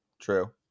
True